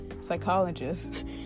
psychologist